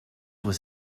was